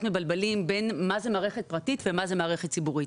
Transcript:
מבלבלים מה זה מערכת פרטית ומה זו מערכת ציבורית.